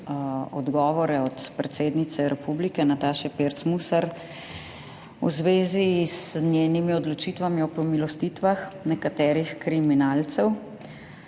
odgovore od predsednice republike Nataše Pirc Musar v zvezi z njenimi odločitvami o pomilostitvah nekaterih kriminalcev,